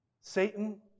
Satan